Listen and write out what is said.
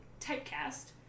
typecast